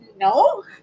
no